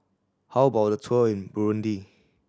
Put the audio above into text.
how about a tour in Burundi